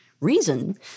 reason